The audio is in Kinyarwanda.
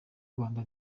rwanda